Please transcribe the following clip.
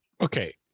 okay